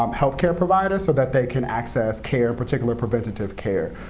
um health care providers so that they can access care, in particular, preventative care.